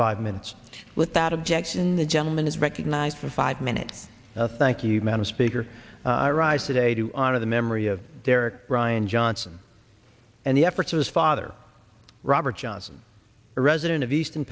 five minutes without objection the gentleman is recognized for five minutes now thank you madam speaker i rise today to honor the memory of their brian johnson and the efforts of his father robert johnson a resident of eastern